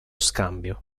scambio